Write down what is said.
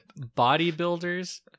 Bodybuilders